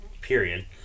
period